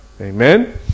Amen